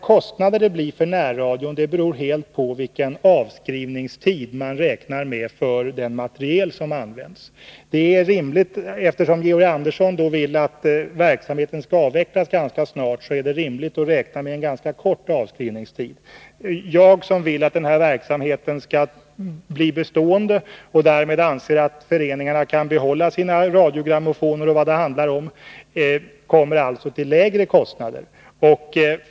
Kostnaderna för närradion beror helt på vilken avskrivningstid man räknar med för den materiel som används. Eftersom Georg Andersson vill att verksamheten skall avvecklas ganska snart, är det rimligt att räkna med en ganska kort avskrivningstid. Jag vill att verksamheten skall bli bestående, och jag anser att föreningarna kan behålla sina radiogrammofoner och vad det nu handlar om. Således kommer jag fram tilllägre kostnader.